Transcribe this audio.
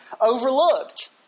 overlooked